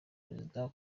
perezida